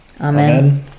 Amen